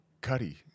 Cuddy